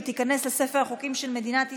ותיכנס לספר החוקים של מדינת ישראל.